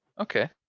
Okay